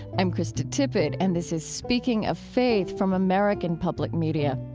i'm krista tippett, and this is speaking of faith from american public media.